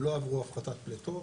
הן לא עברו הפחתת פליטות